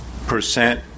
Percent